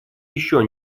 еще